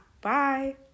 bye